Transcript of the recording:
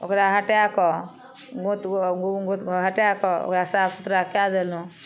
ओकरा हटाकऽ गोत हटाकऽ ओकरा साफ सुथड़ा कए देलहुँ